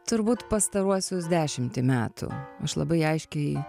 turbūt pastaruosius dešimtį metų aš labai aiškiai